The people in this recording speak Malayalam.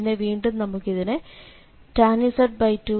പിന്നെ വീണ്ടും നമുക്ക് ഇതിനെ tan z 21 1z1